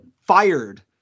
fired